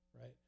Right